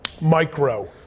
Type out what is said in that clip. micro